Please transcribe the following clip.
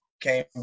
came